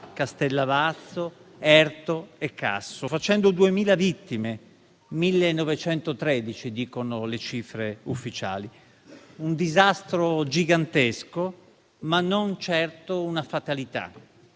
Castellavazzo, Erto e Casso, facendo 2.000 vittime (1.913, dicono le cifre ufficiali): un disastro gigantesco, ma non certo una fatalità,